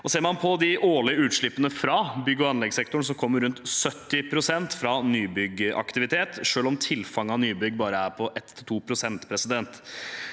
Ser man på de årlige utslippene fra byggog anleggssektoren, kommer rundt 70 pst. fra nybyggaktivitet, selv om tilfanget av nybygg bare er på 1– 2 pst. Den